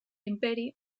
imperi